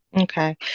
Okay